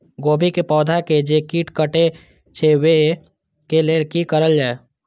गोभी के पौधा के जे कीट कटे छे वे के लेल की करल जाय?